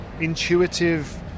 intuitive